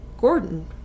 Gordon